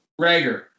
Rager